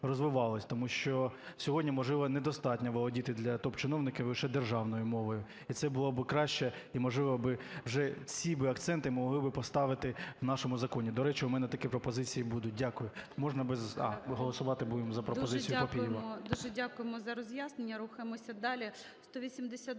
Тому що сьогодні, можливо, недостатньо володіти для топ-чиновників лише державною мовою. І це було би краще, і, можливо би, вже ці би акценти могли би поставити в нашому законі. До речі, у мене такі пропозиції будуть. Дякую. Можна без… Голосувати будемо за пропозицію Папієва. ГОЛОВУЮЧИЙ. Дуже дякуємо за роз'яснення. Рухаємося далі.